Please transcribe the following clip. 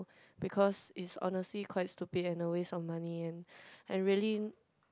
because it's honestly quite stupid and a waste of money and I really